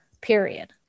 period